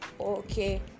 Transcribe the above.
Okay